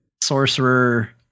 Sorcerer